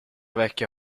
vecchio